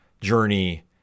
Journey